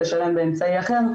לשלם באמצעי אחר,